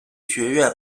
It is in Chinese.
学院